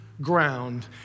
Ground